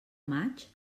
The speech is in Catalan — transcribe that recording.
maig